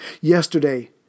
Yesterday